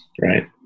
right